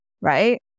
right